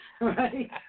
Right